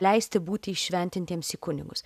leisti būti įšventintiems į kunigus